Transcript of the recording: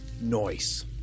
Noise